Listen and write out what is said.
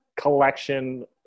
collection